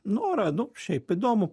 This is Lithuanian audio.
norą nu šiaip įdomu